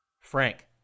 Frank